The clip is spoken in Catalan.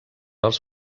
als